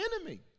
enemy